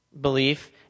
belief